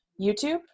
YouTube